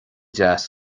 deas